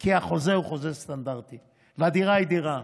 כי החוזה הוא חוזה סטנדרטי והדירה היא דירה.